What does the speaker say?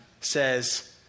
says